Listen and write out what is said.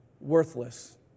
Worthless